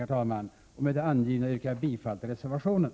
Med det anförda yrkar jag bifall till reservationen.